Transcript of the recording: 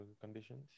conditions